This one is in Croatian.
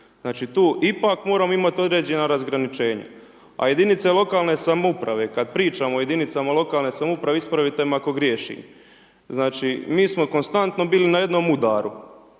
Znači tu ipak moramo imati određena razgraničenja. A jedinice lokalne samouprave, kada pričamo o jedinice lokalne samouprave, ispravite me ako griješim, mi smo konstanto bili na jednom udaru